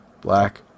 black